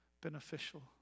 beneficial